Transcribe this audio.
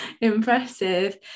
impressive